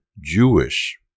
Jewish